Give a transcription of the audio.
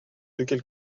quelques